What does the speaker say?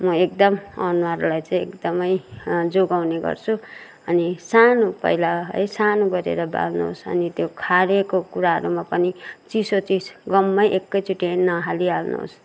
मो एकदम अनुहारलाई चाहिँ एकदमै जोगाउने गर्छु अनि सानो पहिला है सानो गरेर बाल्नुहोस् अनि त्यो खारिएको कुराहरूमा पनि चिसो चिज ग्वाम्मै एकैचोटी नहालीहाल्नोस्